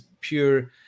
pure